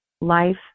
life